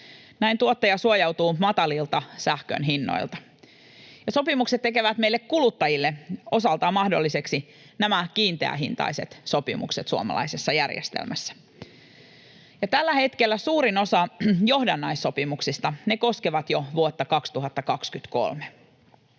Näin tuottaja suojautuu matalilta sähkön hinnoilta. Sopimukset tekevät meille kuluttajille osaltaan mahdollisiksi nämä kiinteähintaiset sopimukset suomalaisessa järjestelmässä. Tällä hetkellä suurin osa johdannaissopimuksista koskee vuotta 2023.